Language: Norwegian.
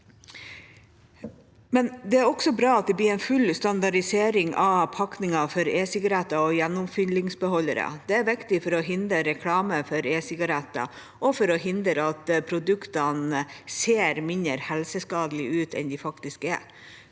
Det er også bra at det blir en full standardisering av pakninger for e-sigaretter og gjenoppfyllingsbeholdere. Det er viktig for å hindre reklame for e-sigaretter og for å hindre at produktene ser mindre helseskadelige ut enn de faktisk er.